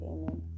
Amen